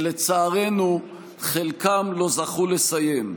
שלצערנו חלקם לא זכו לסיים.